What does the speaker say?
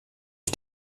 ich